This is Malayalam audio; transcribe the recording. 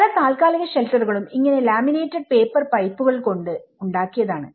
പല താൽക്കാലിക ഷെൽട്ടറുകളും ഇങ്ങനെ ലാമിനേറ്റഡ് പേപ്പർ പൈപ്പുകൾ കൊണ്ട് ഉണ്ടാക്കിയതാണ്